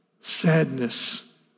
sadness